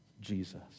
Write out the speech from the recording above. Jesus